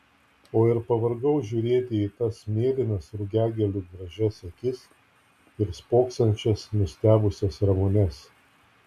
o ir pavargau žiūrėti į tas mėlynas rugiagėlių gražias akis ir spoksančias nustebusias ramunes